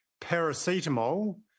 paracetamol